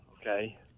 Okay